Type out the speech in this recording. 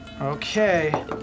Okay